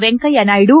Venkaiah Naidu